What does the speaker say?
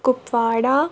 Kupwara